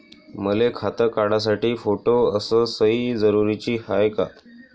मले खातं काढासाठी फोटो अस सयी जरुरीची हाय का?